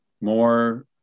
more